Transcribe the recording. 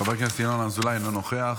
חבר הכנסת ינון אזולאי, אינו נוכח.